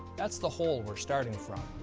that's the hole we're starting from.